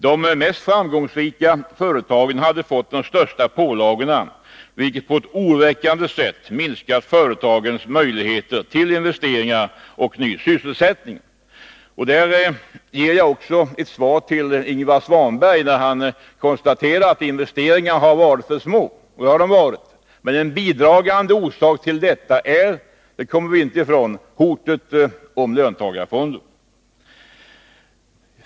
De mest framgångsrika företagen hade fått de största pålagorna, vilket på ett oroväckande sätt minskat företagens möjligheter till investeringar och ny sysselsättning. På den punkten ger jag ett svar till Ingvar Svanberg som konstaterade att investeringarna har varit för små. Det har de varit, men en bidragande orsak till detta är — det kommer vi inte ifrån — hotet om löntagarfonder.